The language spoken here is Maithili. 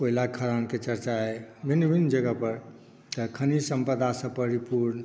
कोयलाक खदानके चरचा अइ भिन्न भिन्न जगह पर खनिज सम्पदासॅं परिपूर्ण